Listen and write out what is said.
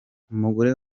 umugore